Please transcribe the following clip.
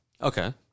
Okay